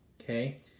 Okay